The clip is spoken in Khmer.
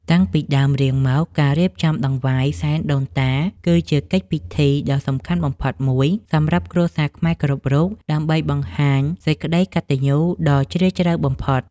តាំងពីដើមរៀងមកការរៀបចំដង្វាយសែនដូនតាគឺជាកិច្ចពិធីដ៏សំខាន់បំផុតមួយសម្រាប់គ្រួសារខ្មែរគ្រប់រូបដើម្បីបង្ហាញសេចក្តីកតញ្ញូដ៏ជ្រាលជ្រៅបំផុត។